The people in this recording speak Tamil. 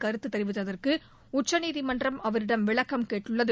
கருத்து தெரிவித்ததற்கு உச்சநீதிமன்றம் அவரிடம் விளக்கம் கேட்டுள்ளது